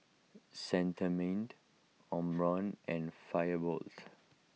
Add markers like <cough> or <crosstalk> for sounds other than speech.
Cetrimide Omron and <unintelligible>